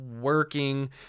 working